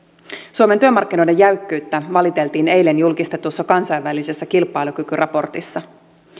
suomen työmarkkinoiden jäykkyyttä valiteltiin eilen julkistetussa kansainvälisessä kilpailukykyraportissa